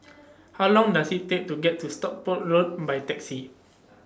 How Long Does IT Take to get to Stockport Road By Taxi